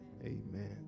amen